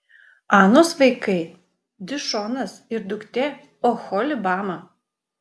anos vaikai dišonas ir duktė oholibama